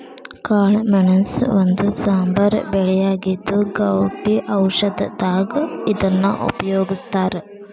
ಕಾಳಮೆಣಸ ಒಂದು ಸಾಂಬಾರ ಬೆಳೆಯಾಗಿದ್ದು, ಗೌಟಿ ಔಷಧದಾಗ ಇದನ್ನ ಉಪಯೋಗಸ್ತಾರ